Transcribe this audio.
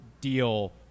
deal